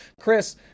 chris